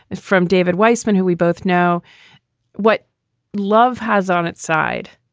from david weisman, who we both know what love has on its side,